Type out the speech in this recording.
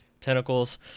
tentacles